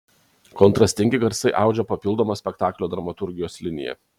kontrastingi garsai audžia papildomą spektaklio dramaturgijos liniją